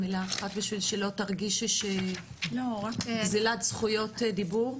מילה אחת כדי שלא תרגישי גזילת זכויות דיבר.